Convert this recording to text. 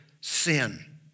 sin